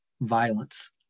violence